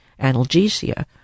analgesia